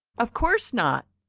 of course not,